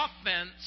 offense